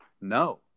No